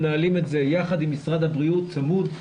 מנהלים את זה יחד עם משרד הבריאות צמוד,